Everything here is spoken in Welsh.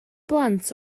blant